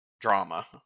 drama